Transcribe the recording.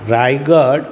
Raigad